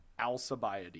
Alcibiades